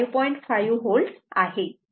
5 V आहे